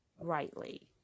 rightly